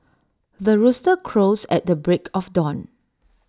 the rooster crows at the break of dawn